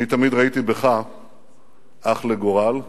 אני תמיד ראיתי בך אח לגורל,